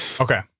okay